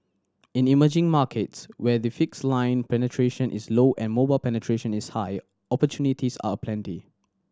in emerging markets where the fixed line penetration is low and mobile penetration is high opportunities are aplenty